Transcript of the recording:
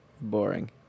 Boring